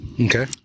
Okay